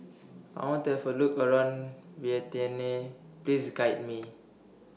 I want to Have A Look around Vientiane Please Guide Me